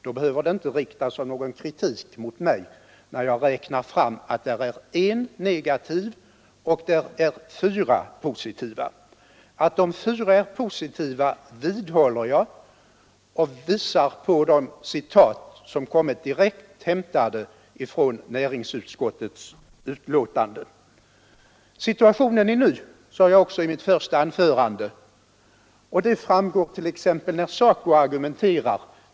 Då behöver det inte riktas någon kritik mot mig när jag räknar fram att en remissinstans är negativ och fyra positiva. Att de fyra är positiva vidhåller jag och hänvisar till de citat som jag hämtat direkt från näringsutskottets betänkande. Situationen är ny, sade jag också i mitt första anförande, och det framgår t.ex. när SACO argumenterar.